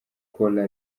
cola